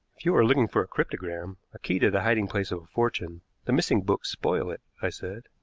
if you are looking for a cryptogram a key to the hiding place of a fortune the missing books spoil it, i said.